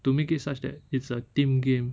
to make it such that it's a team game